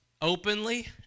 openly